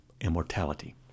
immortality